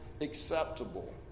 acceptable